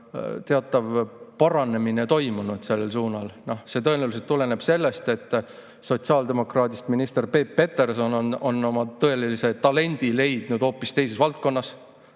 teatav paranemine toimunud. See tõenäoliselt tuleneb sellest, et sotsiaaldemokraadist minister Peep Peterson on oma tõelise talendi leidnud hoopis teises valdkonnas.